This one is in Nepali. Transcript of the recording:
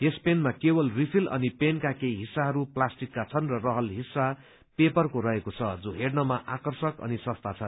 यस पेनमा केवल रिफिल अनि पेनका केही हिस्साहरू प्लास्टिकका छन् र रहल हिस्सा पेपरको रहेको छ जो हेर्नमा आकर्षक अनि सस्ता छन्